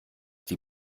die